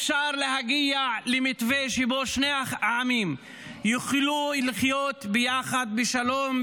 אפשר להגיע למתווה שבו שני העמים יוכלו לחיות ביחד בשלום,